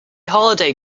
holiday